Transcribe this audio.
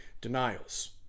denials